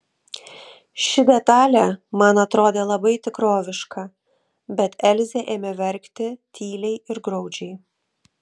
ši detalė man atrodė labai tikroviška bet elzė ėmė verkti tyliai ir graudžiai